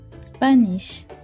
Spanish